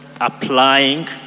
applying